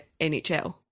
NHL